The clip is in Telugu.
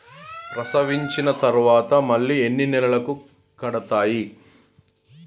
ప్రసవించిన తర్వాత మళ్ళీ ఎన్ని నెలలకు కడతాయి?